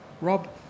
Rob